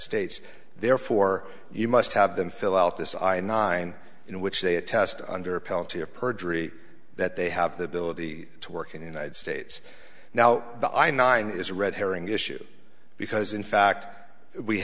states therefore you must have them fill out this i nine in which they attest under penalty of perjury that they have the ability to work in the united states now the i nine is a red herring issue because in fact we